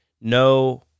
no